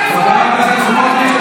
חבר הכנסת סמוטריץ',